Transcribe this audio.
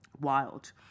wild